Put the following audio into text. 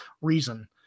reason